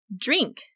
Drink